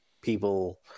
people